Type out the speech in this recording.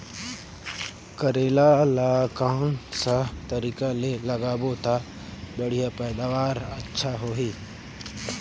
करेला ला कोन सा तरीका ले लगाबो ता बढ़िया पैदावार अच्छा होही?